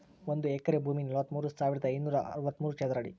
ಒಂದು ಎಕರೆ ಭೂಮಿ ನಲವತ್ಮೂರು ಸಾವಿರದ ಐನೂರ ಅರವತ್ತು ಚದರ ಅಡಿ